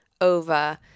over